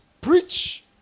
preach